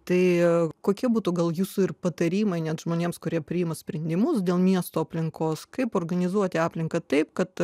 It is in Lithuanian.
tai kokia būtų gal jūsų ir patarimai net žmonėms kurie priima sprendimus dėl miesto aplinkos kaip organizuoti aplinką taip kad